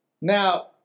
Now